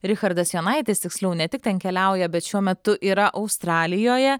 richardas jonaitis tiksliau ne tik ten keliauja bet šiuo metu yra australijoje